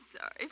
sorry